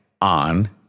on